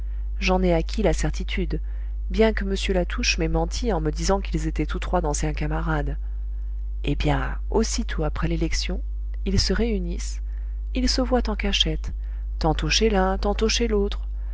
j'en ai acquis la certitude bien que m latouche m'ait menti en me disant qu'ils étaient tous trois d'anciens camarades eh bien aussitôt après l'élection ils se réunissent ils se voient en cachette tantôt chez l'un tantôt chez l'autre